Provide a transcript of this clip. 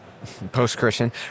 post-Christian